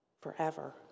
forever